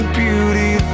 beauty